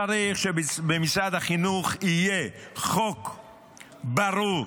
צריך שבמשרד החינוך יהיה חוק ברור,